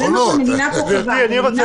זה מה שהמדינה קבעה פה --- ההחלטה נמצאת